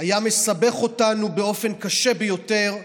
היה מסבך אותנו באופן קשה ביותר,